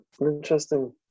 interesting